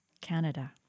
Canada